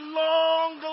long